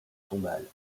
tombale